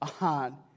on